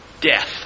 Death